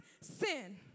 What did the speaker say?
sin